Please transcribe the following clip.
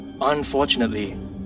unfortunately